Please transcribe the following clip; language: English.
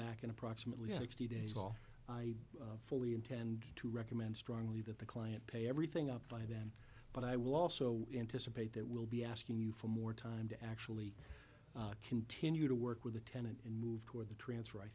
back in approximately sixty days off i fully intend to recommend strongly that the client pay everything up by then but i will also anticipate that we'll be asking you for more time to actually continue to work with the tenant and move toward the transfer i